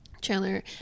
Chandler